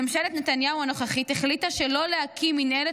ממשלת נתניהו הנוכחית החליטה שלא להקים מינהלת